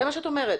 זה מה שאת אומרת.